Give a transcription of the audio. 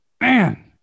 Man